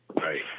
right